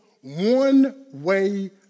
one-way